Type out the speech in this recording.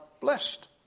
blessed